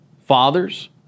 Fathers